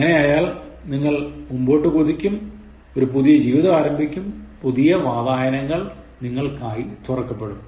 അങ്ങനെ ആയാൽ നിങ്ങൾ മുന്നോട്ടു കുതിക്കും ഒരു പുതിയ ജീവിതം ആരംഭിക്കും പുതിയ വാതായനങ്ങൾ നിങ്ങൾക്കായി തുറക്കപ്പെടും